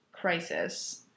crisis